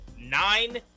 nine